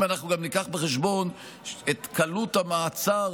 אם אנחנו גם נביא בחשבון את קלות המעצר